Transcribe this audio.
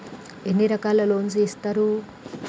ఎన్ని రకాల లోన్స్ ఇస్తరు?